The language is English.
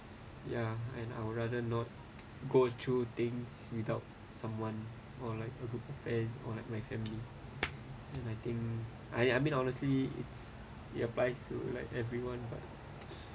ya and I would rather not go through things without someone or like a group of friends or like my family and I think I I mean honestly it applies to like everyone but